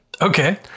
Okay